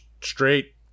straight